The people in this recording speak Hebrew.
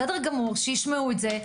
בסדר גמור שישמעו את זה,